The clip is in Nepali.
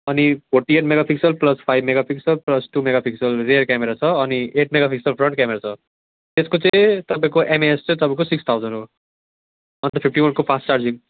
अनि forty eight megapixel plus five megapixel plus two megapixel rear camera छ अनि eight megapixel front camera छ त्यसको चाहिँ तपाईँको एमएएच चाहिँ तपाईँको सिक्स थाउजन हो अन्त फिफ्टी वनको फास्ट चार्जिङ